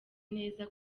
neza